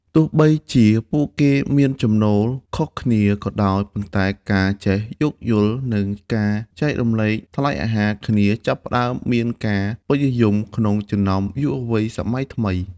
ទោះបីជាពួកគេមានចំណូលខុសគ្នាក៏ដោយ ប៉ុន្តែការចេះយោគយល់ និងការចែករំលែកថ្លៃអាហារគ្នា ចាប់ផ្តើមមានការពេញនិយមក្នុងចំណោមយុវវ័យសម័យថ្មី។